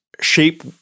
shape